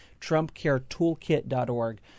trumpcaretoolkit.org